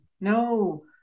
no